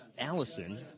Allison